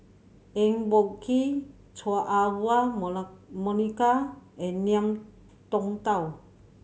Eng Boh Kee Chua Ah Huwa Monica and Ngiam Tong Dow